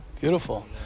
Beautiful